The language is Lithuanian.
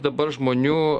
dabar žmonių